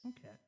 Okay